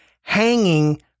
hanging